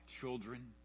children